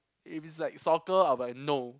if it's like soccer I'll be like no